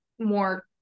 more